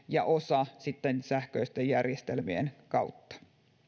ja osa sähköisten järjestelmien kautta